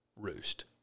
Roost